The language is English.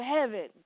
heaven